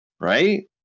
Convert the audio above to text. right